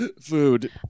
food